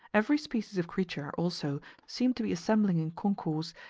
every species of creature also seemed to be assembling in concourse,